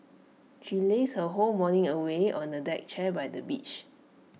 she lazed her whole morning away on A deck chair by the beach